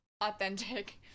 authentic